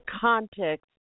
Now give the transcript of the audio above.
context